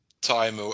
time